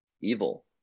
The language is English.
evil